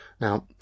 Now